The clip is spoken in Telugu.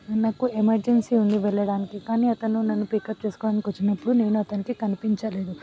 నాకు ఎమర్జెన్సీ ఉంది వెళ్ళడానికి కానీ అతను నన్ను పికప్ చేసుకోవడానికి వచ్చినప్పుడు నేను అతనికి కనిపించలేదు